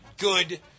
good